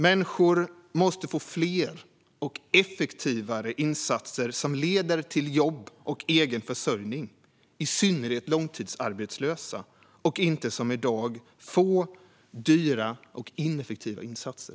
Människor, i synnerhet långtidsarbetslösa, måste få fler och effektivare insatser som leder till jobb och egen försörjning, inte som i dag få, dyra och ineffektiva insatser.